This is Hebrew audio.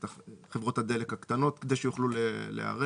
חברות הדלק הקטנות, כדי שיוכלו להיערך,